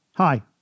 Hi